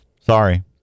Sorry